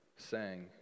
sang